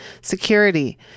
security